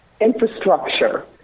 infrastructure